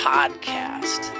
Podcast